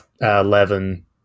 eleven